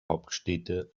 hauptstädte